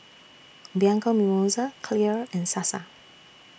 Bianco Mimosa Clear and Sasa